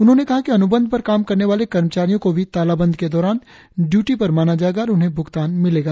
उन्होंने कहा अन्बंध पर काम करने वाले कर्मचारियों को भी तालाबंद के दौरान ड्यूटी पर माना जाएगा और उन्हें भ्गतान मिलेगा